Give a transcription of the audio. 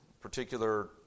particular